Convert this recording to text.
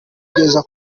ukugeza